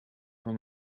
van